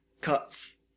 cuts